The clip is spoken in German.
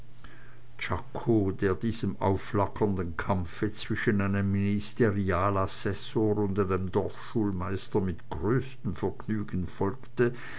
der diesem aufflackernden kampfe zwischen einem ministerialassessor und einem dorfschulmeister mit größtem vergnügen folgte